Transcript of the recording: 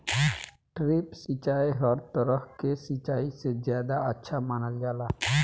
drip सिंचाई हर तरह के सिचाई से ज्यादा अच्छा मानल जाला